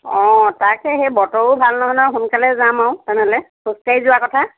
তাকে সেই বতৰো ভাল নহয় নহয় সোনকালে যাম আও তেনেহ'লে খোজকাঢ়ি যোৱা কথা